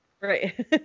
Right